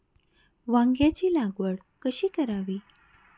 वांग्यांची लागवड कशी करावी?